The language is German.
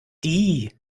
die